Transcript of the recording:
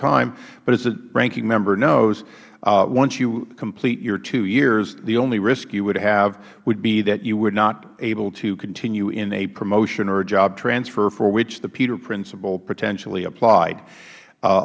time but as the ranking member knows once you complete your two years the only risk you would have would be that you were not able to continue in a promotion or a job transfer for which the peter principle potentially applied